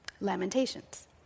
Lamentations